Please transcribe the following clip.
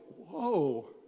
whoa